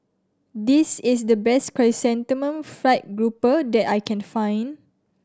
this is the best Chrysanthemum Fried Grouper that I can find